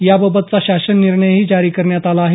त्याबाबतचा शासन निर्णयही जारी करण्यात आला आहे